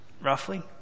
Roughly